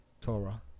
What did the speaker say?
Torah